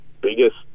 biggest